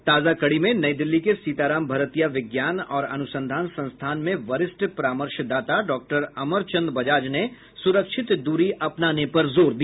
ताजा कड़ी में नई दिल्ली के सीताराम भरतिया विज्ञान और अनुसंधान संस्थान में वरिष्ठ परामर्शदाता डॉक्टर अमरचन्द बजाज ने सुरक्षित दूरी अपनाने पर जोर दिया